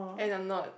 and I'm not